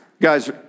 Guys